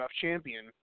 champion